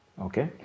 Okay